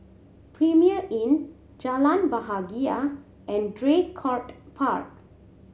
Premier Inn Jalan Bahagia and Draycott Park